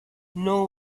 nor